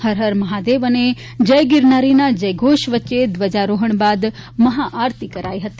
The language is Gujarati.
હર હર મહાદેવ અને જય ગિરનારીના જય ઘોષ વચ્ચે ધ્વજારોહણ બાદ મહા આરતી કરાઈ હતી